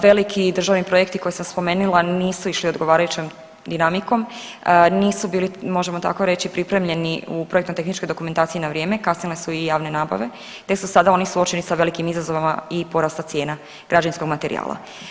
Veliki državni projekti koje sam spomenila nisu išli odgovarajućom dinamikom, nisu bili, možemo tako reći, pripremljeni u projektno-tehničkoj dokumentaciji na vrijeme, kasnile su i javne nabave te su sada oni suočeni sa velikim izazovima i porasta cijena građevinskog materijala.